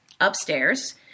upstairs